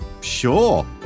Sure